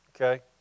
Okay